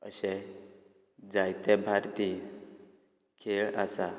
अशें जायते भारतीय खेळ आसात